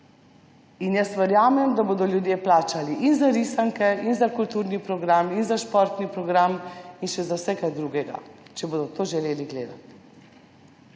In jaz verjamem, da bodo ljudje plačali za risanke, za kulturni program, za športni program in še za vse kaj drugega, če bodo to želeli gledati.